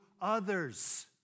others